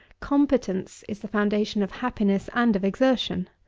competence is the foundation of happiness and of exertion.